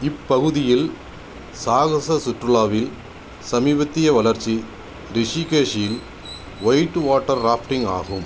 இப்பகுதியில் சாகச சுற்றுலாவில் சமீபத்திய வளர்ச்சி ரிஷிகேஷில் ஒயிட் வாட்டர் ராஃப்டிங் ஆகும்